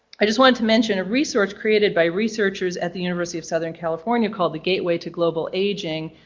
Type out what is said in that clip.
i just wanted to mention a resource created by researchers at the university of southern california called the gateway to global aging,